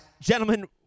Gentlemen